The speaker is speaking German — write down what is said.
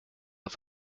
auf